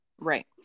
Right